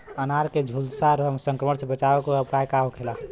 अनार के झुलसा संक्रमण से बचावे के उपाय का होखेला?